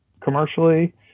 commercially